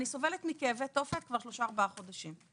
אני סובלת מכאבי תופת כבר שלושה, ארבעה חודשים.